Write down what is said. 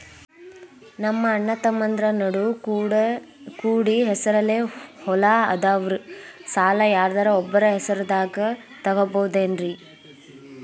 ನಮ್ಮಅಣ್ಣತಮ್ಮಂದ್ರ ನಡು ಕೂಡಿ ಹೆಸರಲೆ ಹೊಲಾ ಅದಾವು, ಸಾಲ ಯಾರ್ದರ ಒಬ್ಬರ ಹೆಸರದಾಗ ತಗೋಬೋದೇನ್ರಿ?